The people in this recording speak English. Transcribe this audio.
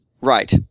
Right